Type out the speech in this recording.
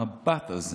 המבט הזה